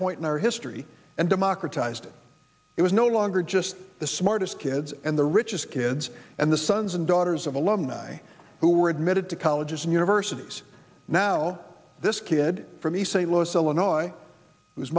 point in our history and democratized it was no longer just the smartest kid and the richest kids and the sons and daughters of alumni who are admitted to colleges and universities now this kid from east st louis illinois whose